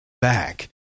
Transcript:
back